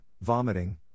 vomiting